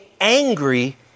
angry